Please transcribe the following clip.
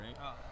right